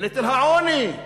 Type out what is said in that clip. בנטל העוני.